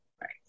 Right